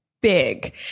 big